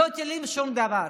לא טילים, שום דבר.